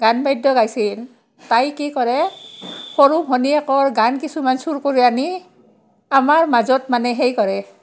গান বাদ্য গাইছিল তাই কি কৰে সৰু ভনীয়েকৰ গান কিছুমান চুৰ কৰি আনি আমাৰ মাজত মানে সেই কৰে